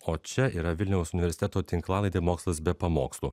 o čia yra vilniaus universiteto tinklalaidė mokslas be pamokslų